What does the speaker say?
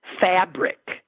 Fabric